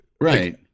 Right